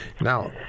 Now